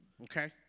Okay